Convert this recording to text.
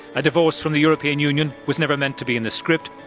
a divorce from the european union was never meant to be in the script,